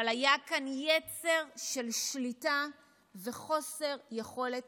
אבל היה כאן יצר של שליטה וחוסר יכולת